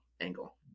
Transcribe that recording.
angle